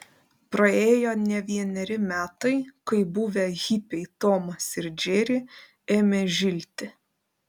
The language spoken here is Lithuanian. praėjo ne vieneri metai kai buvę hipiai tomas ir džeri ėmė žilti